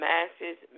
Masses